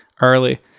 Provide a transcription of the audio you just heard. early